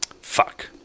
fuck